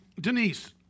Denise